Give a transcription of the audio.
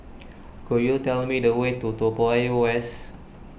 could you tell me the way to Toa Payoh West